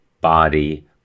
body